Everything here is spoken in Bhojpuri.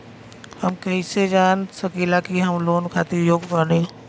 हम कईसे जान सकिला कि हम लोन खातिर योग्य बानी?